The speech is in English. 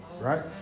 right